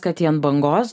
kad jie ant bangos